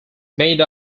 made